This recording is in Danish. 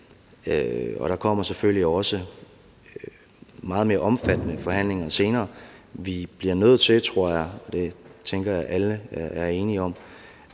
Og der kommer selvfølgelig også meget mere omfattende forhandlinger senere. Vi bliver nødt til, tror jeg, og det tænker jeg at alle er enige om,